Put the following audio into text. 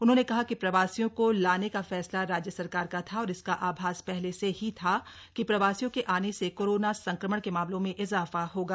उन्होंने कहा कि प्रवासियों को लाने का फैसला राज्य सरकार का था और इसका आभास पहले से ही था कि प्रवासियों के आने से कोरोना संक्रमण के मामलों में इजाफा होगा